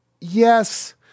Yes